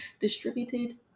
distributed